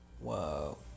Whoa